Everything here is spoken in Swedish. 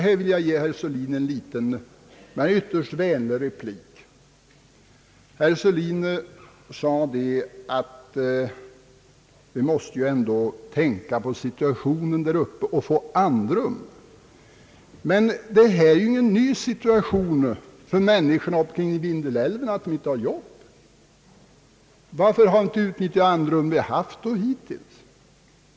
Jag vill ge herr Sörlin en liten men ytterst vänlig replik med anledning av vad han sade om att vi måste tänka på situationen där uppe och »skaffa andrum». Men det är ingen ny situation för människorna vid Vindelälven att inte ha jobb. Varför har man inte utnyttjat det andrum vi haft hittills?